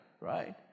right